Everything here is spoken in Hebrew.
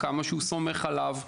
לכמה שהוא סומך עליו,